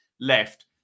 left